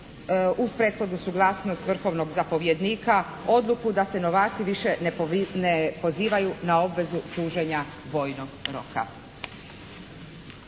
uz prethodnu suglasnost vrhovnog zapovjednika odluku da se novaci više ne pozivaju na obvezu služenja vojnog roka.